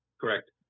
Correct